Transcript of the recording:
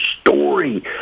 story